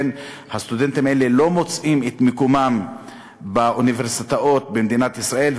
הסטודנטים האלה לא מוצאים את מקומם באוניברסיטאות במדינת ישראל,